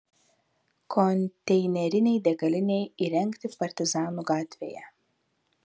konteinerinei degalinei įrengti partizanų gatvėje